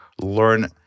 learn